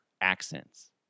accents